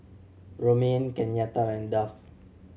Romaine Kenyatta and Duff